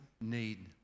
need